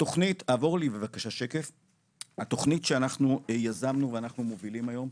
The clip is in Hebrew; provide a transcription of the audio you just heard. התוכנית שאנחנו יזמנו ואנחנו מובילים היום,